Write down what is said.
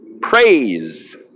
Praise